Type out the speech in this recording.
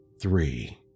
three